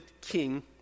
king